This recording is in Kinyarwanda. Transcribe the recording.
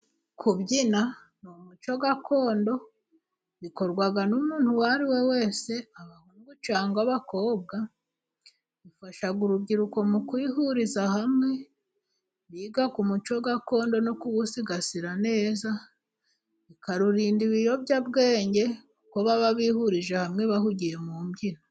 Kubyina, umuco gakondo bikorwa n'umuntu uwo ari we wese ,abahungu cyangwa ababakobwa bifasha urubyiruko mu kwihuriza hamwe ,biga ku muco gakondo no kuwusigasira neza ,bikarurinda ibiyobyabwenge, kuko baba bihurije hamwe bahugiye mu mbyino.